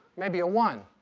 maybe a one.